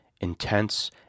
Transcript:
intense